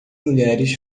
mulheres